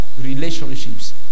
relationships